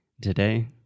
Today